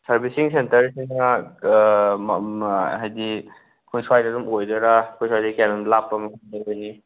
servicing ꯁꯦꯟꯇꯔꯁꯤꯅ ꯍꯥꯏꯕꯗꯤ ꯑꯩꯈꯣꯏ ꯁ꯭ꯋꯥꯏꯗ ꯑꯗꯨꯝ ꯑꯣꯏꯗꯣꯏꯔ ꯑꯩꯈꯣꯏ ꯁ꯭ꯋꯥꯏꯗꯒꯤ ꯀꯌꯥꯝ ꯌꯥꯝ ꯂꯥꯞꯄ ꯃꯐꯝꯗ ꯑꯣꯏꯅꯤ